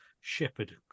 Shepherd